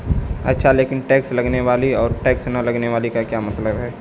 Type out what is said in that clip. अच्छा लेकिन टैक्स लगने वाली और टैक्स न लगने वाली का क्या मतलब है